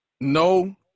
No